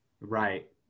Right